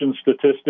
statistics